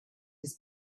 his